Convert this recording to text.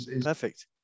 Perfect